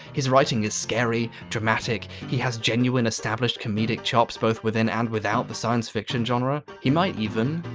his writing is scary, dramatic he has genuine established comedic chops both within and without the science fiction genre. he might even,